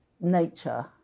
nature